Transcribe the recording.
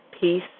peace